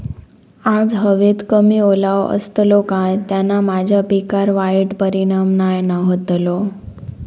आज हवेत कमी ओलावो असतलो काय त्याना माझ्या पिकावर वाईट परिणाम नाय ना व्हतलो?